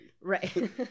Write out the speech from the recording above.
right